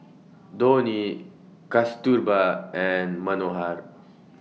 Dhoni Kasturba and Manohar